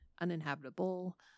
uninhabitable